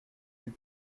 puis